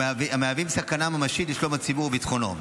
המהווים סכנה ממשית לשלום הציבור וביטחונו.